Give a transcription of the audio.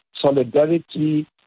solidarity